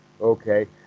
Okay